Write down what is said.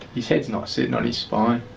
his head's not sitting on his spine.